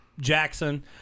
jackson